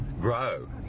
grow